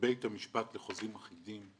ובית המשפט לחוזים אחידים,